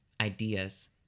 ideas